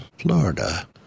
Florida